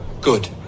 Good